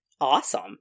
awesome